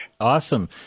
Awesome